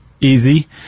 easy